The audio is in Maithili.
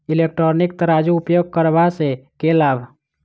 इलेक्ट्रॉनिक तराजू उपयोग करबा सऽ केँ लाभ?